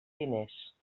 diners